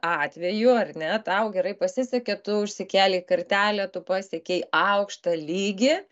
atveju ar ne tau gerai pasisekė tu užsikėlei kartelę tu pasiekei aukštą lygį